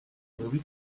movie